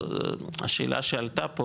השאלה שעלתה פה